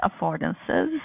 affordances